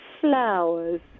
flowers